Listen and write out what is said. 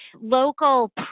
local